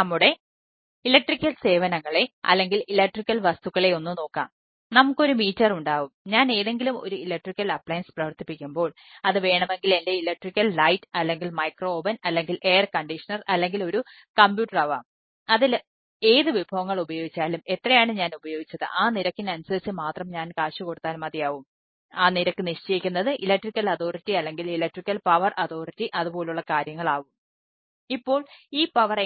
നമ്മുടെ ഇലക്ട്രിക്കൽ അതുപോലുള്ള കാര്യങ്ങൾ ആവും ഇപ്പോൾ ഈ പവർ